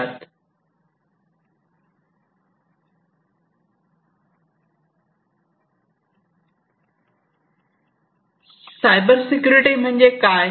cyber security काय म्हणजे काय